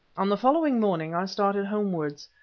on the following morning i started homewards.